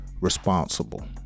responsible